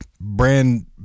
brand